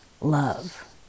love